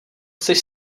chceš